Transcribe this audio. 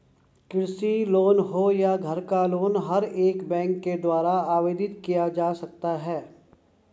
कृषि लोन हो या घर का लोन हर एक बैंक के द्वारा आवेदित किया जा सकता है